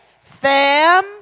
fam